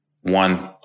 one